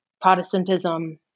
Protestantism